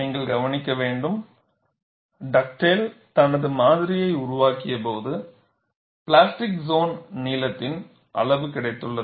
நீங்கள் கவனிக்க வேண்டும் டக்டேல் தனது மாதிரி உருவாக்கியபோது பிளாஸ்டிக் சோன் நீளத்தின் அளவு கிடைத்துள்ளது